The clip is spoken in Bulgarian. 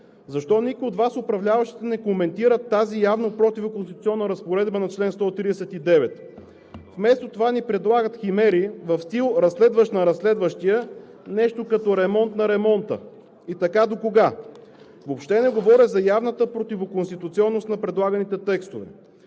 Защо никой от Вас, управляващите, не коментира тази явно противоконституционна разпоредба на чл. 139? Вместо това ни се предлагат химери в стила „разследващ на разследващия“, нещо като ремонт на ремонта. И така докога? Въобще не говоря за явната противоконституционност на предлаганите текстове.